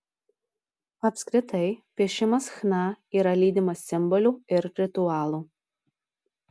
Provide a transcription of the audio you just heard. apskritai piešimas chna yra lydimas simbolių ir ritualų